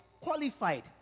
qualified